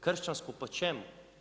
Kršćansku po čemu?